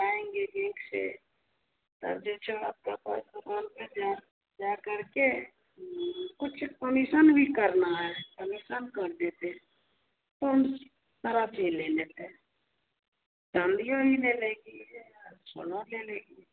लाएँगे बेंक से दुकान पर जा जाकर के कुछ कमीसन भी करना है कमीसन कर देते तरह के लेने थे चाँदियो ही ले लेगी या सोनौ ले लेगी